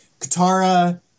Katara